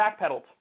backpedaled